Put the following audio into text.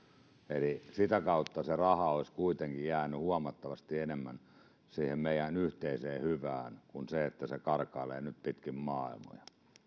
eli sitä kautta se raha olisi kuitenkin jäänyt huomattavasti enemmän siihen meidän yhteiseen hyvään kuin nyt kun se karkailee pitkin maailmoja